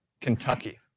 Kentucky